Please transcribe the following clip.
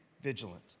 vigilant